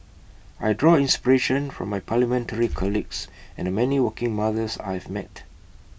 I draw inspiration from my parliamentary colleagues and the many working mothers I have met